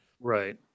right